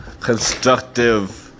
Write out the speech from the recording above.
constructive